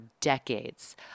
decades